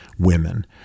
women